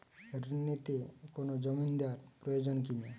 ঋণ নিতে কোনো জমিন্দার প্রয়োজন কি না?